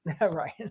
Right